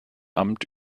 amt